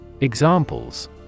Examples